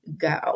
go